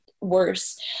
worse